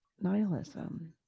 nihilism